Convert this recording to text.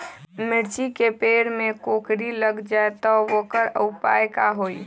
मिर्ची के पेड़ में कोकरी लग जाये त वोकर उपाय का होई?